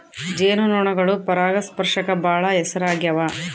ಜೇನು ನೊಣಗಳು ಪರಾಗಸ್ಪರ್ಶಕ್ಕ ಬಾಳ ಹೆಸರಾಗ್ಯವ